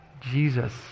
Jesus